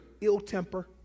ill-temper